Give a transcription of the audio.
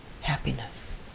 happiness